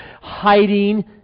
hiding